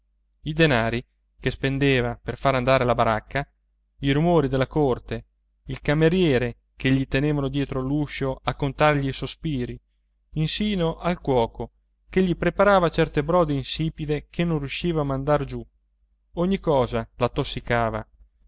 i denari che spendeva per far andare la baracca i rumori della corte il cameriere che gli tenevano dietro l'uscio a contargli i sospiri insino al cuoco che gli preparava certe brode insipide che non riusciva a mandar giù ogni cosa